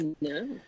No